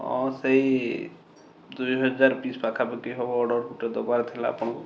ହଁ ସେଇ ଦୁଇହଜାର ପିସ୍ ପାଖାପାଖି ହବ ଅର୍ଡ଼ରଟେ ଦେବାର ଥିଲା ଆପଣଙ୍କୁ